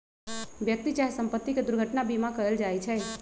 व्यक्ति चाहे संपत्ति के दुर्घटना बीमा कएल जाइ छइ